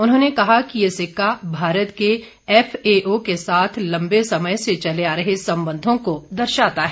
उन्होंने कहा कि ये सिक्का भारत के एफए ओ के साथ लंबे समय से चले आ रहे संबंधों को दर्शाता है